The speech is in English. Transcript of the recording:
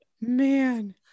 Man